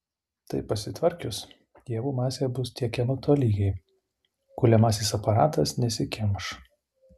tai pasitvarkius javų masė bus tiekiama tolygiai kuliamasis aparatas nesikimš